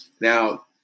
Now